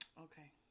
Okay